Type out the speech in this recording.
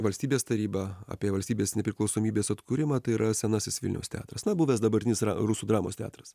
valstybės tarybą apie valstybės nepriklausomybės atkūrimą tai yra senasis vilniaus teatras na buvęs dabartinis rusų dramos teatras